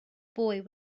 boy